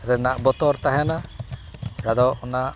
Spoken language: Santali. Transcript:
ᱨᱮᱱᱟᱜ ᱵᱚᱛᱚᱨ ᱛᱟᱦᱮᱱᱟ ᱟᱫᱚ ᱚᱱᱟ